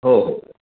हो हो